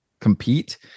compete